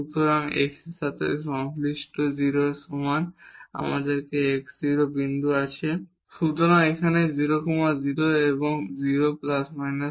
সুতরাং x এর সাথে সংশ্লিষ্ট 0 এর সমান আমাদের x 0 বিন্দু আছে সুতরাং এখানে 00 এবং 0 ± 2